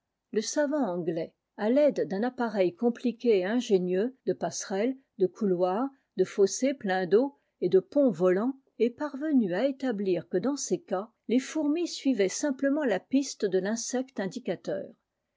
le savant anglais à taide d'un appareil compliqué et ingénieux de passerelles de couloirs de fossés pleins d'eau et de ponts volants est parvenu à établir que dans ces cas les fourmis suivaient simplement la piste de tinsecte indicateur